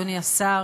אדוני השר,